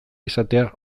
izatea